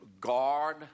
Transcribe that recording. Guard